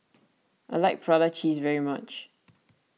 I like Prata Cheese very much